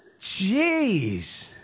Jeez